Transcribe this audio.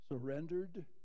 surrendered